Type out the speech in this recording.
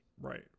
Right